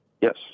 Yes